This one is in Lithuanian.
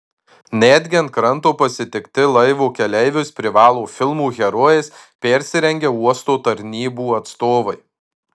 netgi ant kranto pasitikti laivo keleivius privalo filmų herojais persirengę uosto tarnybų atstovai